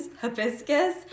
hibiscus